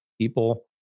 people